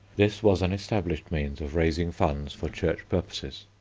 this was an established means of raising funds for church purposes.